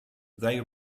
they